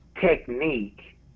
technique